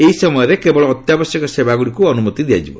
ଏହି ସମୟରେ କେବଳ ଅତ୍ୟାବଶ୍ୟକୀୟ ସେବାଗୁଡ଼ିକୁ ଅନୁମତି ଦିଆଯିବ